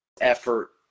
effort